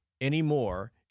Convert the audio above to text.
anymore